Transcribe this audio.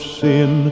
sin